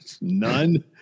None